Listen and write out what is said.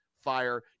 fire